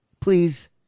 Please